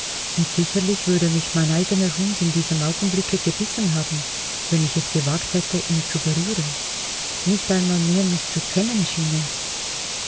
und sicherlich würde mich mein eigener hund in diesem augenblicke gebissen haben wenn ich es gewagt hätte ihn zu berühren nicht einmal mehr mich zu kennen schien er